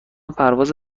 پرواز